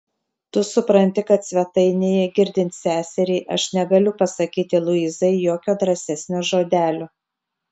tu supranti kad svetainėje girdint seseriai aš negaliu pasakyti luizai jokio drąsesnio žodelio